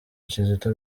kizito